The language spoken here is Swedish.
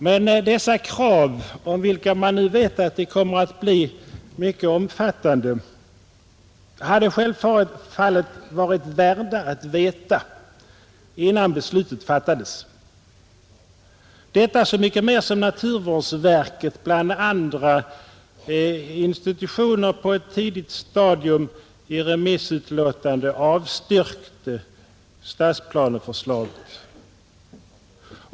Men dessa krav, om vilka man nu vet att de kommer att bli mycket omfattande, hade självfallet varit värda att veta innan beslutet fattades. Detta så mycket mer som naturvårdsverket bland andra institutioner på ett tidigt stadium i remissutlåtande avstyrkte stadsplaneförslaget.